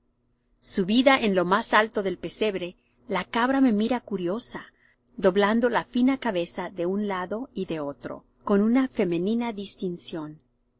su lengua rosa subida en lo más alto del pesebre la cabra me mira curiosa doblando la fina cabeza de un lado y de otro con una femenina distinción